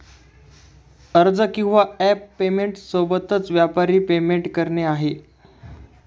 अर्ज किंवा app payment सोबतच, व्यापारी पेमेंट करणे आहे